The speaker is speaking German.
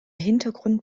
hintergrund